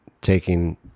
taking